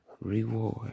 reward